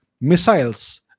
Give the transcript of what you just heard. missiles